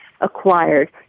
acquired